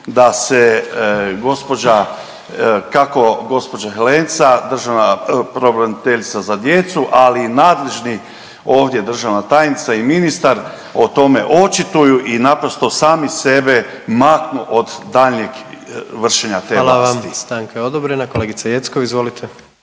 da se gđa., kako gđa. Helenca državna, pravobraniteljica za djecu, ali i nadležni ovdje državna tajnica i ministar o tome očituju i naprosto sami sebe maknu od daljnjeg vršenja te …/Govornik se ne razumije/…. **Jandroković,